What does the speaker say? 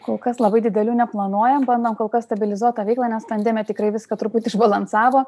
kol kas labai didelių neplanuojam bandom kol kas stabilizuot tą veiklą nes pandemija tikrai viską truputį išbalansavo